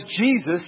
Jesus